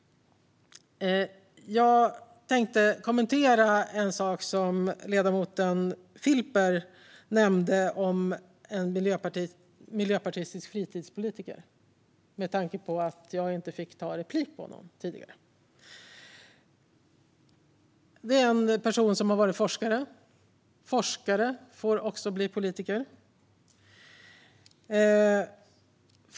Jag tänkte kommentera en sak som ledamoten Filper nämnde om en miljöpartistisk fritidspolitiker, med tanke på att jag inte kunde begära replik på inlägget tidigare. Det gäller en person som har varit forskare. Forskare får också bli politiker.